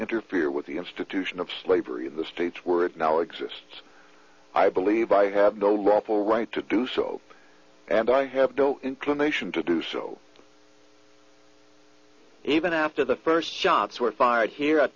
interfere with the institution of slavery the streets were now exists i believe i have no lawful right to do so and i have no inclination to do so even after the first shots were fired here at